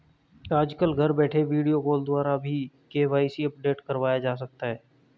आजकल घर बैठे वीडियो कॉल द्वारा भी के.वाई.सी अपडेट करवाया जा सकता है